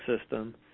system